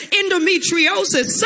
endometriosis